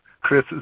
Chris